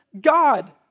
God